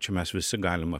čia mes visi galim